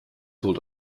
wohl